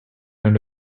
and